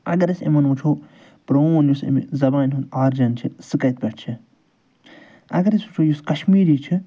اگر أسۍ یِمَن وُچھَو پروٗن یُس أمۍ زبانہِ ہُنٛد آرِجَن تہِ سُہ کَتہِ پٮ۪ٹھ چھِ اگر أسۍ وُچھَو یُس کَشمیٖری چھِ